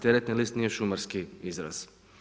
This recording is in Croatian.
Teretni list nije šumarski izraz.